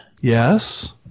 Yes